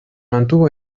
mantuvo